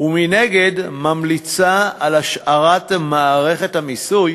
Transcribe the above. ומנגד ממליצה להשאיר את מערכת המיסוי